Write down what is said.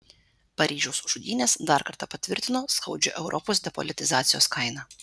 paryžiaus žudynės dar kartą patvirtino skaudžią europos depolitizacijos kainą